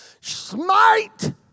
Smite